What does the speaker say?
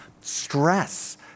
stress